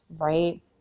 right